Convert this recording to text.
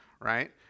right